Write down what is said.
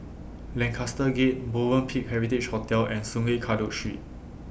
Lancaster Gate Movenpick Heritage Hotel and Sungei Kadut Street